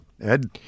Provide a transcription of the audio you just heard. Ed